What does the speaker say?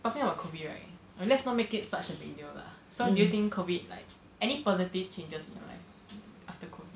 talking about COVID right let's not make it such a big deal lah so do you think COVID like any positive changes in your life after COVID